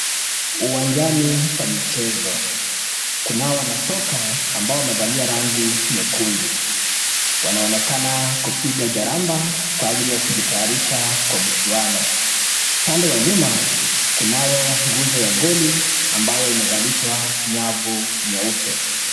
Uwanjani pa michezo kunao wanasoka ambao wamevalia rangi nyekundu. Wanaonekana kupiga jaramba kwa ajili ya kujitayarisha kwa mchuano. Upande wa nyuma kunayo nguzo ya ngoli cs] ambayo imevalishwa nyavu nyeupe.